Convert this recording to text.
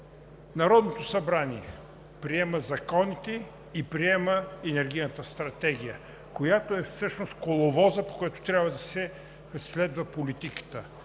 Народното събрание приема законите и приема Енергийната стратегия, която е всъщност коловозът, по който трябва да се следва политиката.